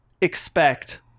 expect